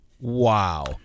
wow